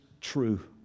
true